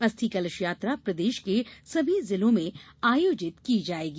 अस्थि कलश यात्रा प्रदेश के सभी जिलों में आयोजित की जायेंगी